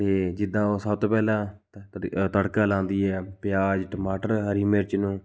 ਅਤੇ ਜਿੱਦਾਂ ਉਹ ਸਭ ਤੋਂ ਪਹਿਲਾਂ ਤ ਤੜਕਾ ਲਾਉਂਦੀ ਹੈ ਪਿਆਜ ਟਮਾਟਰ ਹਰੀ ਮਿਰਚ ਨੂੰ